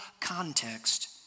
context